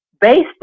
based